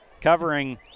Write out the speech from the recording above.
covering